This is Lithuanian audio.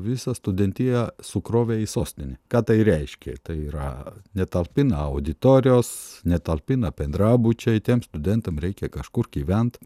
visą studentiją sukrovė į sostinę ką tai reiškė tai yra netalpina auditorijos netalpina bendrabučiai tiem studentam reikia kažkur gyvent